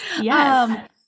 Yes